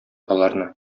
аларны